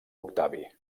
octavi